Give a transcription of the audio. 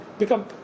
become